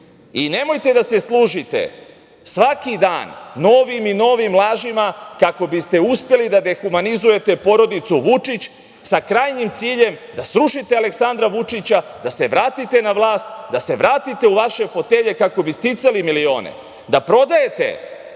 penzije. Nemojte da se služite svaki dan novim i novim lažima kako biste uspeli da ga dehumanizujete porodicu Vučić sa krajnjim ciljem da srušite Aleksandra Vučića, da se vratite na vlast, da se vratite u vaše fotelje kako bi sticali milione, da prodajete